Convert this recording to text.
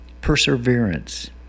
perseverance